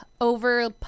over